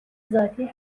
ذاتی